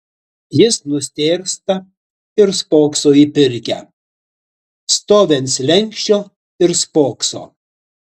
jis nustėrsta ir spokso į pirkią stovi ant slenksčio ir spokso